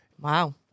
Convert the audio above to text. Wow